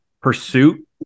pursuit